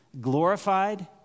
glorified